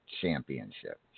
Championship